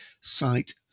site